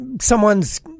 someone's